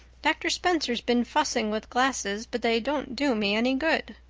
doctor spencer's been fussing with glasses, but they don't do me any good.